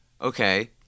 okay